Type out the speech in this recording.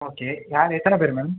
okay யார் எத்தனை பேர் மேம்